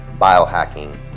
biohacking